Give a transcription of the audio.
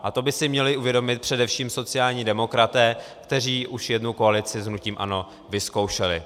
A to by si měli uvědomit především sociální demokraté, kteří už jednu koalici s hnutím ANO vyzkoušeli.